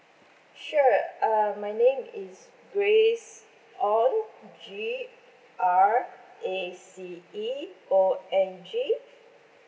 sure uh my name is grace ong G R A C E O N G